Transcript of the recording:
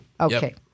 Okay